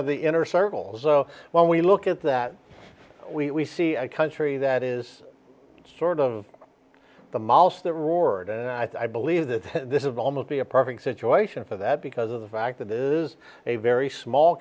of the inner circle so when we look at that we see a country that is sort of the mouse that roared and i believe that this is almost be a perfect situation for that because of the fact that is a very small